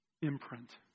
imprint